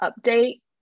update